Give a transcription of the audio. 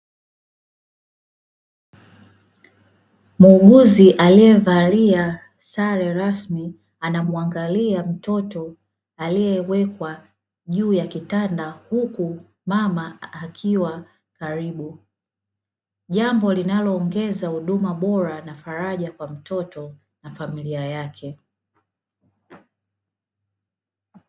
Muuguzi aliyevalia sare rasmi anamwangalia mtoto aliyewekwa juu ya kitanda huku mama akiwa karibu jambo linaloongeza huduma bora na faraja kwa mtoto na familia yake.